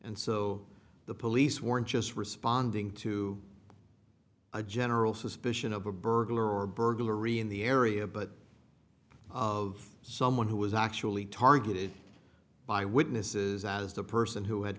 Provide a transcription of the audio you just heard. and so the police weren't just responding to a general suspicion of a burglar or burglary in the area but of someone who was actually targeted by witnesses as the person who had